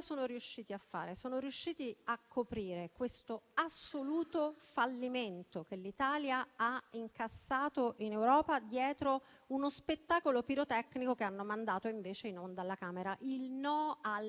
Sono riusciti infatti a coprire questo assoluto fallimento che l'Italia ha incassato in Europa dietro uno spettacolo pirotecnico che hanno mandato invece in onda alla Camera. Il no al MES